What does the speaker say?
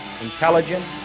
intelligence